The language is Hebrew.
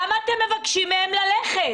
למה אתם מבקשים מהם ללכת?